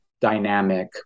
dynamic